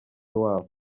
wabo